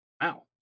Wow